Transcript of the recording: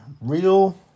real